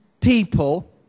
people